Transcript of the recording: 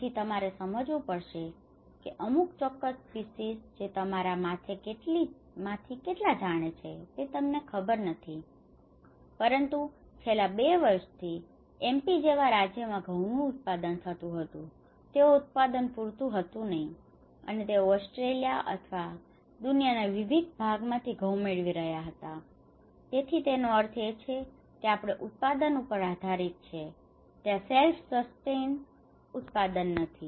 તેથી તમારે સમજવું પડશે કે અમુક ચોક્કસ સ્પીસીઝ જે તમારા માંથી કેટલા જાણે છે તેમને ખબર નથી પરંતુ છેલ્લા 2 વર્ષ થી એમપિ જેવા રાજ્યમાં ઘઉં નું ઉત્પાદન થતું હતું તે ઉત્પાદન પુતરું હતું નહિ અને તેઓ ઓસ્ટ્રેલિયા અથવા દુનિયાના વિવિધ ભાગો માંથી ઘઉં મેળવી રહ્યા હતા તેથી તેનો અર્થ એ છે કે આપણે ઉત્પાદન ઉપર આધારિત છીએ ત્યાં સેલ્ફ સસ્ટેઇન્ડ ઉત્પાદન નથી